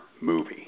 movie